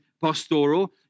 pastoral